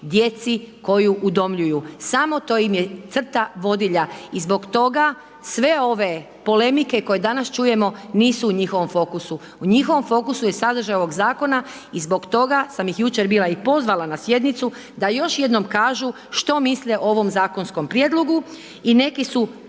djeci koju udomljuju, samo to im je crta vodilja i zbog toga sve ove polemike koje danas čujemo nisu u njihovom fokusu. U njihovom fokusu je sadržaj ovog zakona i zbog toga sam ih jučer i bila pozvala na sjednicu da još jednom kažu što misle o ovom zakonskom prijedlogu i neki su